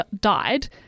died